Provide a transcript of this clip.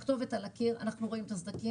הכתובת על הקיר, אנחנו רואים את הסדקים.